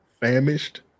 famished